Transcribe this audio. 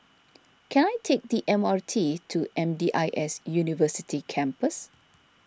can I take the M R T to M D I S University Campus